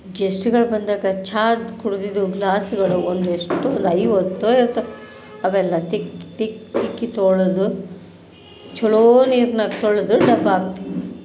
ಗೆಶ್ಟ್ಗಳು ಬಂದಾಗ ಚಾದು ಕುಡಿದಿದ್ದು ಗ್ಲಾಸ್ಗಳು ಒಂದಷ್ಟು ಒಂದು ಐವತ್ತೊ ಇರ್ತಾವೆ ಅವೆಲ್ಲ ತಿಕ್ಕಿ ತಿಕ್ಕಿ ತಿಕ್ಕಿ ತೊಳೆದು ಛಲೋ ನೀರ್ನಾಗ ತೊಳೆದು ದಬ್ಬಾಕ್ತೀವಿ